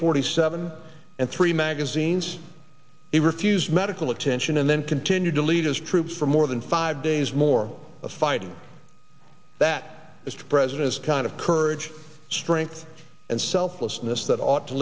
forty seven and three magazines he refused medical attention and then continued to lead his troops for more than five days more of fighting that is to president's kind of courage strength and selflessness that ought to